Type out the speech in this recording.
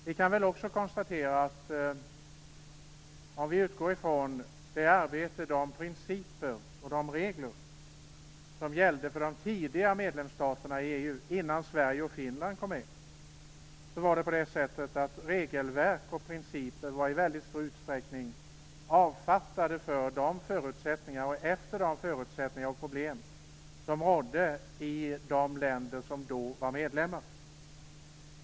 Vi kan också konstatera att om vi utgår från de principer och de regler som gällde för de tidiga medlemsstaterna i EU, innan Sverige och Finland kom med, var regelverk och principer i mycket stor utsträckning avfattade efter de förutsättningar och problem som rådde i de länder som då var medlemmar.